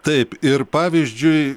taip ir pavyzdžiui